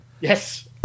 Yes